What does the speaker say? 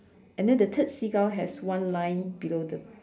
and then the third seagull has one line below the